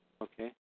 Okay